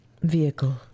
Vehicle